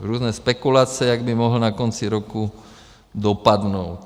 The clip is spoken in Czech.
Různé spekulace, jak by mohl na konci roku dopadnout.